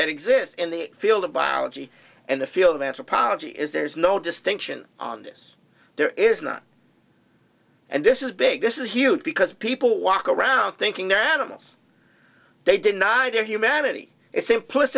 that exists in the field of biology and the field of anthropology is there's no distinction on this there is not and this is big this is huge because people walk around thinking they're animals they deny your humanity